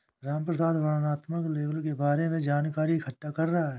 रामप्रसाद वर्णनात्मक लेबल के बारे में जानकारी इकट्ठा कर रहा है